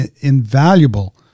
invaluable